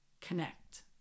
connect